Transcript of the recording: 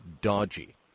dodgy